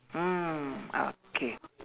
mm okay